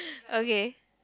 okay